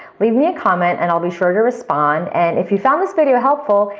leave me a comment and i'll be sure to respond. and if you found this video helpful,